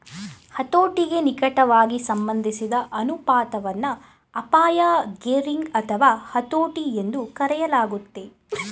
ಹತೋಟಿಗೆ ನಿಕಟವಾಗಿ ಸಂಬಂಧಿಸಿದ ಅನುಪಾತವನ್ನ ಅಪಾಯ ಗೇರಿಂಗ್ ಅಥವಾ ಹತೋಟಿ ಎಂದೂ ಕರೆಯಲಾಗುತ್ತೆ